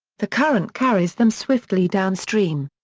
the current carries them swiftly downstream.